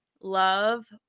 love